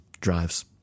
drives